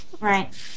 Right